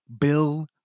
bill